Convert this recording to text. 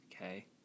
Okay